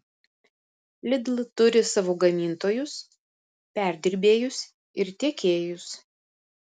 lidl turi savo gamintojus perdirbėjus ir tiekėjus